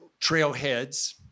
trailheads